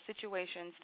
situations